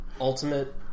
ultimate